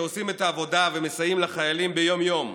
שעושים את העבודה ומסייעים לחיילים יום-יום,